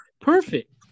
perfect